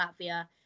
Latvia